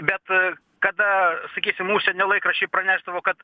bet kada sakysim užsienio laikraščiai pranešdavo kad